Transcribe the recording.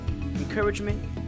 encouragement